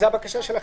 זאת הבקשה שלכם.